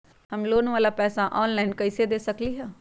हम लोन वाला पैसा ऑनलाइन कईसे दे सकेलि ह?